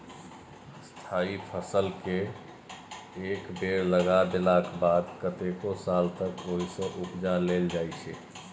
स्थायी फसलकेँ एक बेर लगा देलाक बाद कतेको साल तक ओहिसँ उपजा लेल जाइ छै